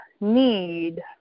need